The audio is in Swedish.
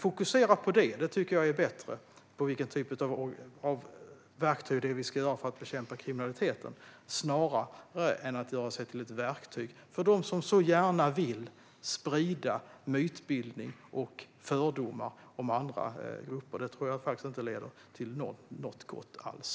Fokusera på vilken typ av verktyg vi behöver för att bekämpa kriminaliteten! Det tycker jag är bättre än att göra sig till ett verktyg för dem som så gärna vill sprida mytbildning och fördomar om andra grupper. Det tror jag inte leder till något gott alls.